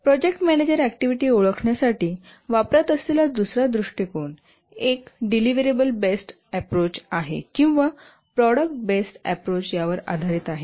project manager activity ओळखण्यासाठी वापरत असलेला दुसरा दृष्टिकोन एक डेलिव्हरेबल्स - बेस्ड अप्रोच किंवा प्रॉडक्ट बेस्ड अप्रोच यावर आधारित आहे